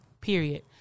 period